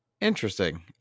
Interesting